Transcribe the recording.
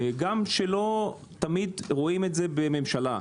גם כשלא תמיד רואים זאת בממשלה.